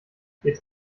jetzt